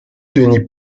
denis